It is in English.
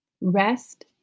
Rest